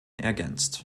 ergänzt